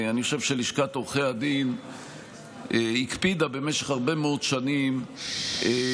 אני חושב שלשכת עורכי הדין הקפידה במשך הרבה מאוד שנים לעסוק